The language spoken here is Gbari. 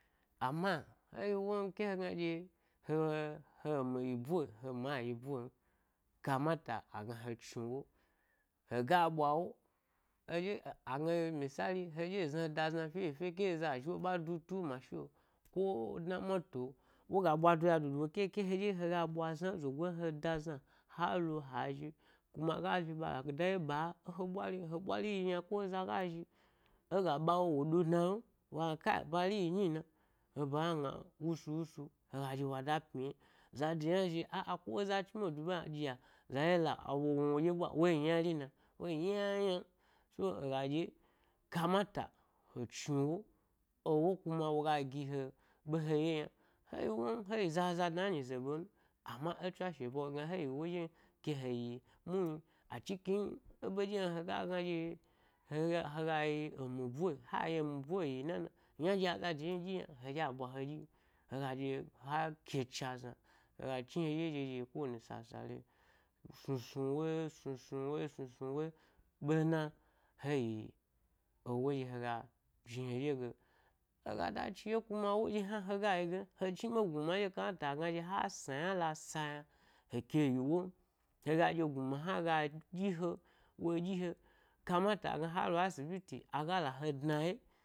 Amma, heyi woe, ko he gna ɗye he eh he emi yi boe he mi ayi boen. Kamata agna he chni ewo, hega ɓwa ewo, eɗye agna ɗye misali he ɗye he zna he da zna fye fyo, ke eza zhi wo ɓa du ta mashi’o ko dna a moto woga ɓwa diya dudu wo keke hedye, loga ɓwa zna ezogo hna he da zna halo ha zhi kuna aga zhi bala eye ɓa e he ɓwari’o ɓwari yi yna ko eza ga zhi a ɓawo wo do ɗnan agna kai, bari yi nyi na ba hna gna wusu wusu haga ɗye wa da pmyiye zada hna zhi â â ko eza chni ɓe wo du ɓa yna ɗya-za ɗye la, hawo ɗye wo wna woɗye ɓwa wogi ynari na, woyi yna yna n, so haga ɗye, kamata, he dna ewo ewo kuna woga gi he ɓe ɗye he ye yna, heyi won heyi zaza dna ẻ nyize ɓem, amna ẻ tswashe ba he yi wo ɗyen, ke heyi muhni ackin eɓe ɗye haga gna, ɗye hega hega yi emi boe, hayi emi bo yi yin a na, yna aza de hi ɗyi yna heɗye ha bwa he ɗyi ni, hega ɗye ha ko cha zna hega chni hedye ye ɗye ɗye ko wani sasal snusnu we snusnu we snusnu we, ɓe mana, heyi ewo ɗye hega jni he ɗye ge hegada chiye kuma ewo ɗye hna hega yi gen he chni ɓe gnuna ɗye kanata agna ɗye ha snayna la sa yna, he ke yi won, hega dye gnu hna ga ɗyi he wo ɗyi he, kanata agna ɗye ha lo asibiti aga la he dna ye.